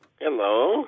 Hello